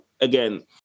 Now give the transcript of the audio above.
again